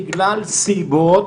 בגלל סיבות